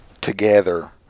together